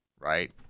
right